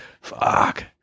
Fuck